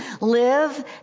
live